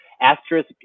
asterisk